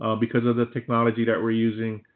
ah because of the technology that we're using,